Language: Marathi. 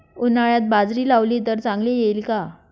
उन्हाळ्यात बाजरी लावली तर चांगली येईल का?